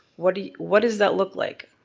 what does what does that look like?